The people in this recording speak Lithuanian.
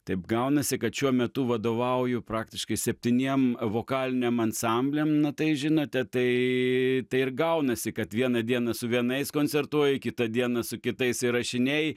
taip gaunasi kad šiuo metu vadovauju praktiškai septyniem vokaliniam ansambliam na tai žinote tai tai ir gaunasi kad vieną dieną su vienais koncertuoji kitą dieną su kitais įrašinėji